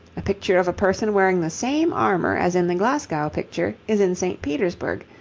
a picture of a person wearing the same armour as in the glasgow picture is in st. petersburg,